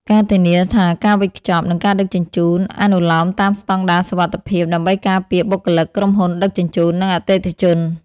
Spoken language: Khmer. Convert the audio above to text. ការធានាថាការវេចខ្ចប់ និងការដឹកជញ្ជូនអនុលោមតាមស្តង់ដារសុវត្ថិភាពដើម្បីការពារបុគ្គលិក ក្រុមហ៊ុនដឹកជញ្ជូន និងអតិថិជន។